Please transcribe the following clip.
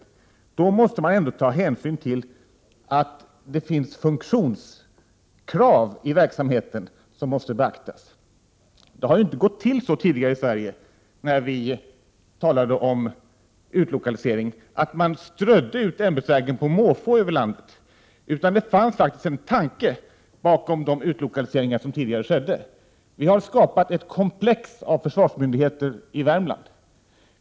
Men då måste man ändå ta hänsyn till att det finns funktionskrav i verksamheten som måste beaktas. När vi tidigare här i Sverige talade om utlokalisering har det ju inte gått till så, att man på måfå strött ut ämbetsverken över landet. Det fanns faktiskt en tanke bakom de utlokaliseringar som skedde tidigare. Vi har skapat ett komplex av försvarsmyndigheter i Värmland.